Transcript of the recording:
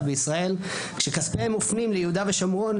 בישראל כשכספיהם מופנים ליהודה ושומרון,